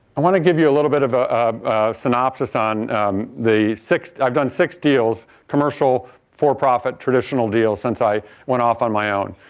i want to give you a little bit of ah synopsis on the six i have done six deals, commercial for profit traditional deals since i went off on my own.